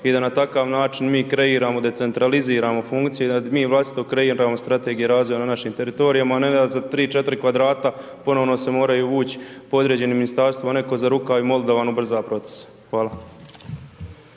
i da na takav način mi kreiramo, decentraliziramo funkcije, da mi vlastito kreiramo strategije razvoja na našim teritorijima, a ne da za 3, 4 kvadrata ponovno se moraju vuči podređeni ministarstvu, a neko za rukav i molit da vam ubrza proces. Hvala.